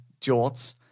jorts